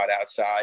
outside